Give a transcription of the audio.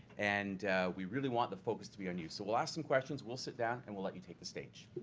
and we really want the focus to be on you. so we'll ask some questions, we'll sit down and we'll let you take the stage.